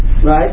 Right